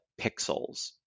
pixels